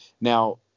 Now